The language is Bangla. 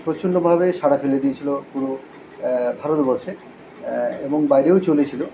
প্রচণ্ডভাবে সাড়া ফেলে দিয়েছিলো পুরো ভারতবর্ষে এবং বাইরেও চলেছিলো